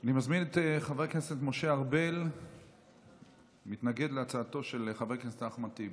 אני מזמין את חבר הכנסת משה ארבל להתנגד להצעתו של חבר הכנסת אחמד טיבי.